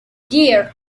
dear